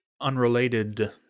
unrelated